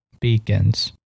beacons